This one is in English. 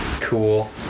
Cool